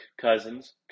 Cousins